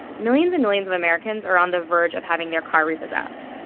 millions and millions of americans are on the verge of having their car repossessed.